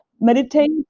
meditate